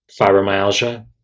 Fibromyalgia